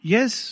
Yes